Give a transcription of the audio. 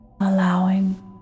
allowing